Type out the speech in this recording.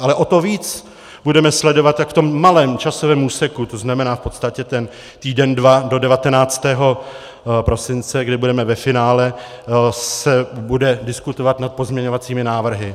Ale o to víc budeme sledovat, jak v tom malém časovém úseku to znamená v podstatě ten týden, dva do 19. prosince, kdy budeme ve finále se bude diskutovat nad pozměňovacími návrhy.